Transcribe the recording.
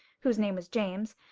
whose name was james,